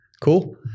cool